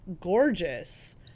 gorgeous